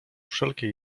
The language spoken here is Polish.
wszelkie